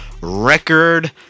record